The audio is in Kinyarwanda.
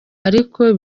ariko